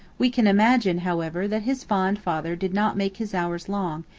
we can imagine, however, that his fond father did not make his hours long,